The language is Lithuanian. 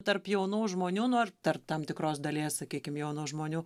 tarp jaunų žmonių nu ar tar tam tikros dalies sakykim jaunų žmonių